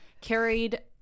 carried